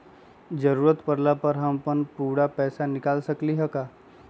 जरूरत परला पर हम अपन पूरा पैसा निकाल सकली ह का?